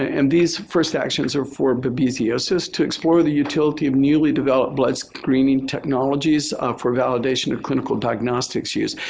and these first actions are for but babesiosis. to explore the utility of newly developed blood screening technologies for validation of clinical diagnostics use.